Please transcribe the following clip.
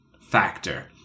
factor